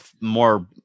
more